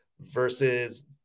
versus